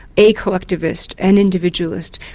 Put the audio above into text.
a collectivist, an individualist,